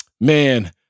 man